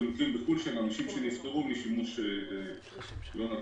של אנשים שנפטרו משימוש לא נכון.